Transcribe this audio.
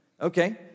Okay